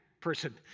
person